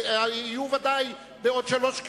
יהיו ודאי עוד שלוש קריאות.